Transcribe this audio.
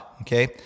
okay